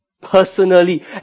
personally